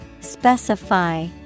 Specify